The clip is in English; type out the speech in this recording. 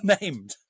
named